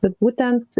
bet būtent